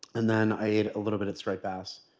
and then i ate a little bit of striped bass.